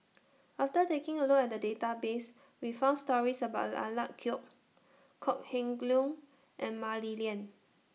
after taking A Look At The Database We found stories about Alec Kuok Kok Heng Leun and Mah Li Lian